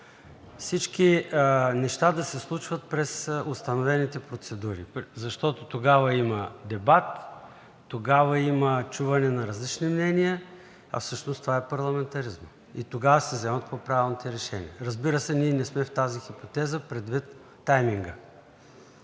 всички неща да се случват през установените процедури, защото тогава има дебат, тогава има чуване на различни мнения, а всъщност това е парламентаризмът и тогава се вземат по-правилните решения. Разбира се, ние не сме в тази хипотеза предвид тайминга.